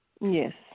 Yes